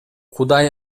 кудай